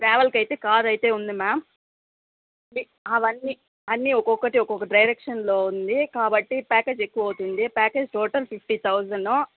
ట్రావెల్కి అయితే కార్ అయితే ఉంది మ్యామ్ అవన్నీ అన్నీ ఒకొక్కటి ఒకొక్క డైరెక్షన్లో ఉంది కాబట్టి ప్యాకేజీ ఎక్కువవుతుంది ప్యాకేజీ టోటల్ ఫిఫ్టీ థౌజండ్